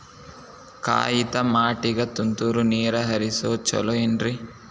ಕಾಯಿತಮಾಟಿಗ ತುಂತುರ್ ನೇರ್ ಹರಿಸೋದು ಛಲೋ ಏನ್ರಿ?